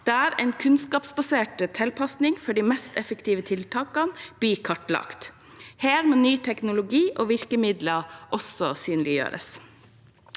der en kunnskapsbasert tilnærming for de mest effektive tiltakene blir kartlagt. Her må ny teknologi og virkemidler også synliggjøres.